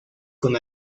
con